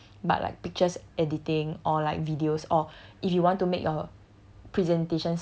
not say photoshop but like pictures editing or like videos or if you want to make your